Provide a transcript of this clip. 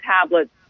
tablets